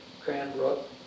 cranbrook